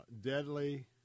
deadly